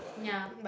ya